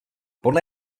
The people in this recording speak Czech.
podle